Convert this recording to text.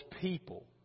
people